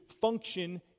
function